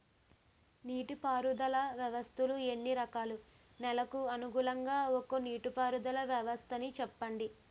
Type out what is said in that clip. నీటి పారుదల వ్యవస్థలు ఎన్ని రకాలు? నెలకు అనుగుణంగా ఒక్కో నీటిపారుదల వ్వస్థ నీ చెప్పండి?